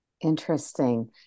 interesting